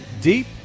Deep